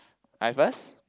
I first